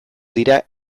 dira